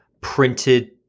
printed